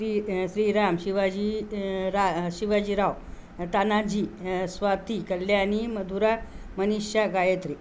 श्री श्रीराम शिवाजी रा शिवाजीराव तानाजी स्वाती कल्याणी मधुरा मनीषा गायत्री